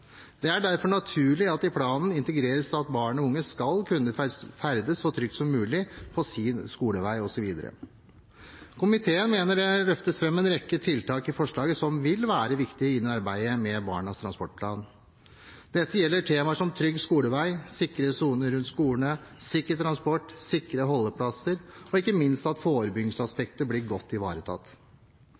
Det er derfor naturlig at det i planen integreres at barn og unge skal kunne ferdes så trygt som mulig på sin skolevei osv. Komiteen mener det løftes fram en rekke tiltak i forslaget som vil være viktige inn i arbeidet med Barnas transportplan. Dette gjelder temaer som trygg skolevei, sikre soner rundt skolene, sikker transport, sikre holdeplasser og ikke minst at forebyggingsaspektet blir godt ivaretatt.